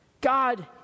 God